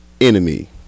enemy